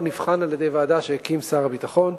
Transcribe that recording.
נבחן על-ידי ועדה שהקים שר הביטחון.